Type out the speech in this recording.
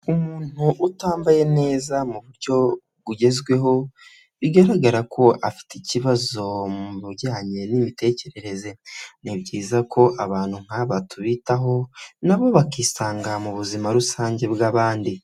Umuntu utambaye neza mu buryo bugezweho bigaragara ko afite ikibazo mu bijyanye n'imitekerereze. Ni byiza ko abantu nk'aba tubitaho nabo bakisanga mu buzima rusange bw'abandi.